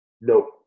Nope